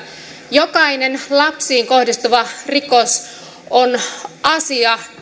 jokainen lapsiin kohdistuva rikos on asia